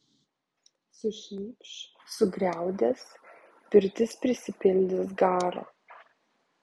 sušnypš sugriaudės pirtis prisipildys garo